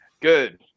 Good